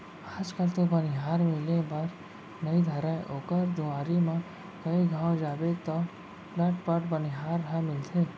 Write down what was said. आज कल तो बनिहार मिले बर नइ धरय ओकर दुवारी म कइ घौं जाबे तौ लटपट बनिहार ह मिलथे